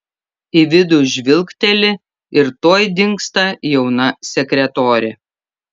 į vidų žvilgteli ir tuoj dingsta jauna sekretorė